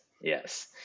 yes